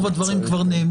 תודה